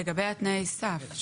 לגבי תנאי הסף.